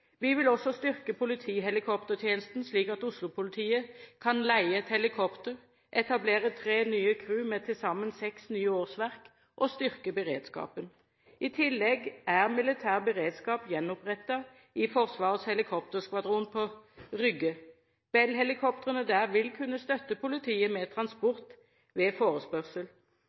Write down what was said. Vi vil også styrke politihelikoptertjenesten, slik at Oslo-politiet kan leie et helikopter, etablere tre nye crew med til sammen seks nye årsverk og styrke beredskapen. I tillegg er militær beredskap gjenopprettet i Forsvarets helikopterskvadron på Rygge. Bell-helikoptrene der vil kunne støtte politiet med transport ved forespørsel.